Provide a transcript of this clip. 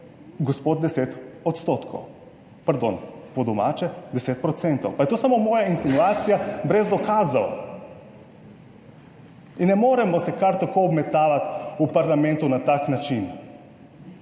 »gospod deset odstotkov«, pardon, po domače deset procentov, pa je to samo moja insinuacija brez dokazov. In ne moremo se kar tako obmetavati v parlamentu na tak način.